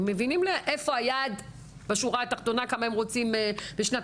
הם מבינים איפה היעד בשורה התחתונה כמה הם רוצים בשנת